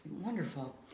wonderful